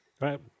right